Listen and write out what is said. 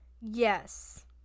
Yes